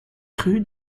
cru